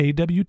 AWT